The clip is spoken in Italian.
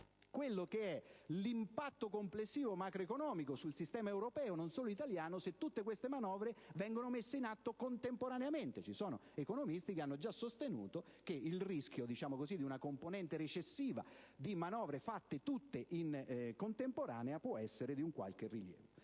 anche l'impatto complessivo macroeconomico sul sistema europeo, non solo italiano, nel caso in cui tutte queste manovre vengano messe in atto contemporaneamente. Ci sono infatti economisti che sostengono che il rischio di una componente recessiva nel caso di manovre fatte tutte in contemporanea può essere di un qualche rilievo.